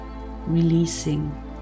releasing